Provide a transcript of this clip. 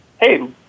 hey